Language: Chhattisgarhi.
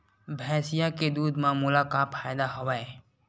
भैंसिया के दूध म मोला का फ़ायदा हवय?